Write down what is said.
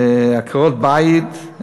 עקרות-בית,